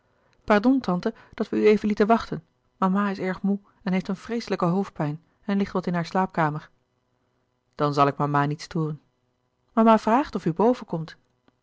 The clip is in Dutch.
pardon tante dat we u even lieten wachten mama is erg moê en heeft een vreeslijke hoofdpijn en ligt wat in hare slaapkamer dan zal ik mama niet storen mama vraagt of u boven komt